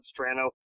Strano